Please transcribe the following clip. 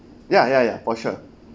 ya ya ya for sure